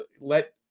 let